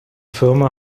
firma